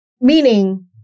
Meaning